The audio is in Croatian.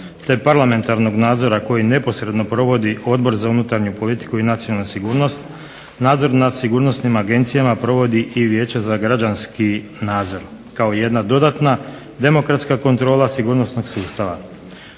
te parlamentarnog nadzora koji neposredno provodi Odbor za unutarnju politiku i nacionalnu sigurnost, nadzor nad sigurnosnim agencijama provodi i Vijeća za građanski nadzor, kao jedna dodatna demokratska kontrola sigurnosnog sustava,